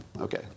okay